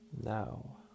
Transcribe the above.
now